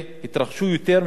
תאונות פגע-וברח.